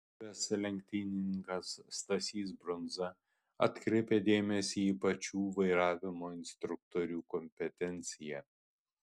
buvęs lenktynininkas stasys brundza atkreipia dėmesį į pačių vairavimo instruktorių kompetenciją